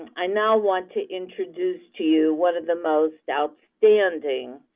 i now want to introduce to you one of the most outstanding,